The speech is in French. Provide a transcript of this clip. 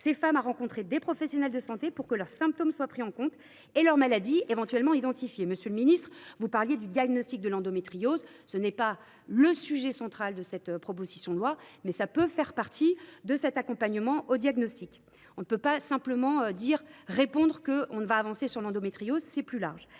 ces femmes à rencontrer des professionnels de santé, pour que leurs symptômes soient pris en compte et leur maladie éventuellement identifiée. Monsieur le ministre, vous avez évoqué le diagnostic de l’endométriose ; ce n’est pas le sujet central de cette proposition de loi, mais cela peut faire partie de cet accompagnement. On ne peut pas pour autant répondre qu’on va avancer sur l’endométriose : le problème